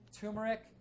Turmeric